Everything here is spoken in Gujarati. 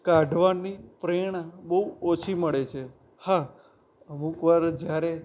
કાઢવાની પ્રેરણા બહુ ઓછી મળે છે હા અમુક વાર જ્યારે